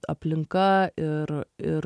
aplinka ir ir